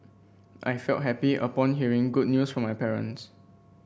I felt happy upon hearing good news from my parents